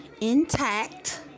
intact